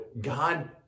God